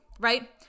Right